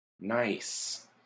Nice